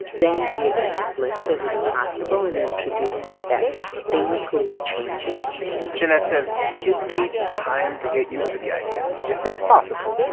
then, be as explicit as possible in introducing that things will be changing jeanette says kids need time to get used to the idea, if that's possible.